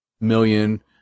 million